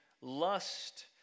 lust